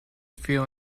feel